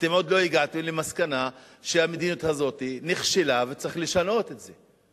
אתם עוד לא הגעתם למסקנה שהמדיניות הזאת נכשלה וצריך לשנות את זה.